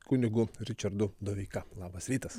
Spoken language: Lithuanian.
kunigu ričardu doveika labas rytas